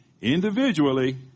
individually